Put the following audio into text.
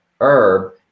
herb